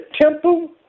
temple